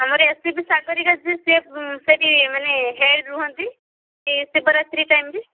ଆମର A C P Sagarika ଯିଏ ସିଏ ସେଠି ମାନେ ହେଲେ ରୁହନ୍ତି ଏଇ ଶିବରାତ୍ରୀ ଟାଇମ୍ରେ